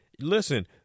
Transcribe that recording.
Listen